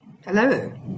Hello